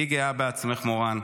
היי גאה בעצמך, מורן.